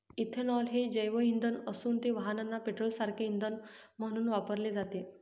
ethanol हे जैवइंधन असून ते वाहनांना पेट्रोलसारखे इंधन म्हणून वापरले जाते